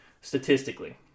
statistically